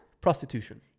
Prostitution